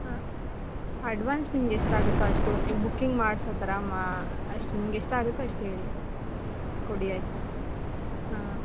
ಹಾಂ ಅಡ್ವಾನ್ಸ್ ನಿಮ್ಗೆ ಎಷ್ಟಾಗುತ್ತೊ ಅಷ್ಟು ನೀವು ಬುಕ್ಕಿಂಗ್ ಮಾಡಿಸೋ ಥರ ಮಾ ಅಷ್ಟು ನಿಮ್ಗೆ ಎಷ್ಟಾಗುತ್ತೊ ಅಷ್ಟು ಹೇಳಿ ಕೊಡಿ ಆಯಿತಾ ಹಾಂ